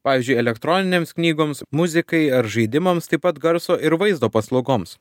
pavyzdžiui elektroninėms knygoms muzikai ar žaidimams taip pat garso ir vaizdo paslaugoms